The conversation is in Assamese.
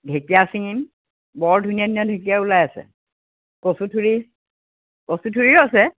ঢেঁকীয়া ছিঙিম বৰ ধুনীয়া ধুনীয়া ঢেঁকীয়া ওলাই আছে কচু থুৰি কচু থুৰিও আছে